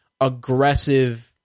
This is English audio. aggressive